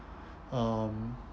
um